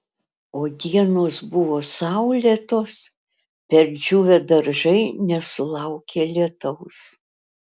o dienos buvo saulėtos perdžiūvę daržai nesulaukė lietaus